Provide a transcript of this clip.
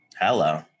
Hello